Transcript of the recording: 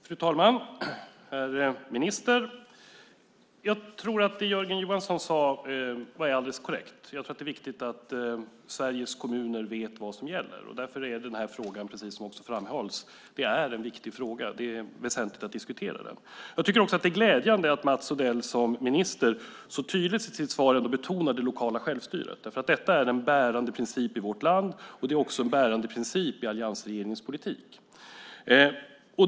Fru talman! Herr minister! Jag tror att det Jörgen Johansson sade var alldeles korrekt. Det är viktigt att Sveriges kommuner vet vad som gäller. Därför är den här frågan viktig, precis som framhölls. Det är väsentligt att diskutera den. Det är glädjande att Mats Odell som minister i sitt svar så tydligt betonar det lokala självstyret. Detta är en bärande princip i vårt land och i alliansregeringens politik.